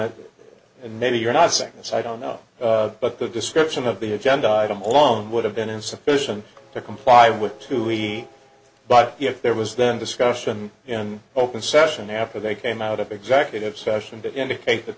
it and maybe you're not saying this i don't know but the description of the agenda item alone would have been insufficient to comply with to we but if there was then discussion in open session after they came out of exactly of session to indicate that